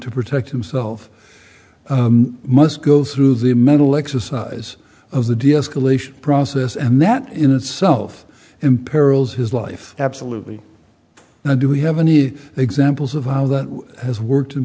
to protect himself must go through the mental exercise of the deescalation process and that in itself imperils his life absolutely now do we have any examples of how that has worked in